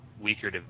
weaker